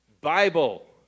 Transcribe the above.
Bible